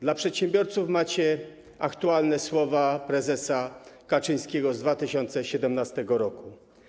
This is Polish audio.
Dla przedsiębiorców macie aktualne słowa prezesa Kaczyńskiego z 2017 r.